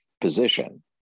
position